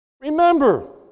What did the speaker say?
Remember